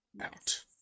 Out